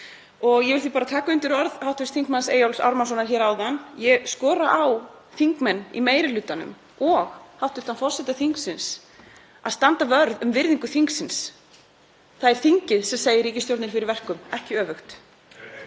Ég vil því bara taka undir orð hv. þm. Eyjólfs Ármannssonar hér áðan. Ég skora á þingmenn í meiri hlutanum og hæstv. forseta þingsins að standa vörð um virðingu þingsins. Það er þingið sem segir ríkisstjórnin fyrir verkum, ekki öfugt.